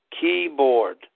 keyboard